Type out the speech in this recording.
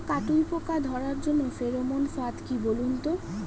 কাটুই পোকা ধরার জন্য ফেরোমন ফাদ কি বলুন তো?